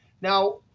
now,